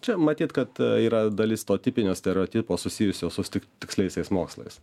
čia matyt kad yra dalis to tipinio stereotipo susijusio su tiksliaisiais mokslais